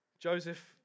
Joseph